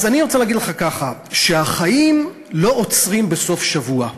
אז אני רוצה להגיד לך ככה: החיים לא עוצרים בסוף השבוע.